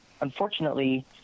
Unfortunately